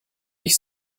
ich